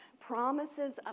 Promises